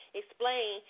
explain